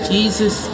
Jesus